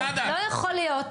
לא יכול להיות